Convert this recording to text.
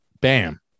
bam